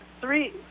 three